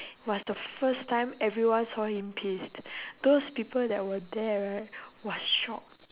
was the first time everyone saw him pissed those people that were there right was shocked